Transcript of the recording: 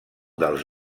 dels